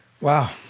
Wow